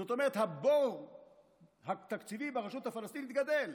זאת אומרת, הבור התקציבי ברשות הפלסטינית גדל.